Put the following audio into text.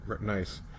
Nice